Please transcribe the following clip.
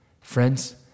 Friends